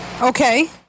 Okay